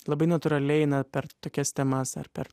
labai natūraliai eina per tokias temas ar per